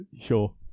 Sure